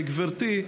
גברתי,